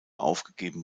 aufgegeben